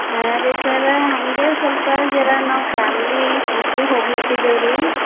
ಹಾಂ ರೀ ಸರ ಹಾಗೆ ಸ್ವಲ್ಪ ಜರ ನಾವು ಫ್ಯಾಮ್ಲಿ ಟ್ರಿಪ್ಪಿಗೆ ಹೋಗ್ಲತ್ತಿದ್ದೇವೆ ರಿ